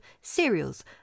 cereals